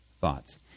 thoughts